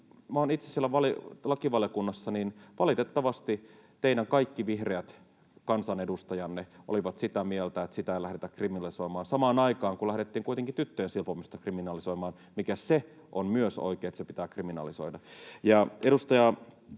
olen itse siellä lakivaliokunnassa, ja valitettavasti kaikki teidän vihreät kansanedustajanne olivat sitä mieltä, että sitä ei lähdetä kriminalisoimaan, samaan aikaan, kun lähdettiin kuitenkin tyttöjen silpomista kriminalisoimaan, mikä on myös oikein, että se pitää kriminalisoida.